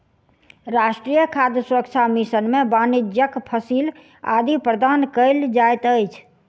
राष्ट्रीय खाद्य सुरक्षा मिशन में वाणिज्यक फसिल आदि प्रदान कयल जाइत अछि